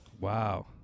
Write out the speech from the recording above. Wow